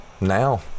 now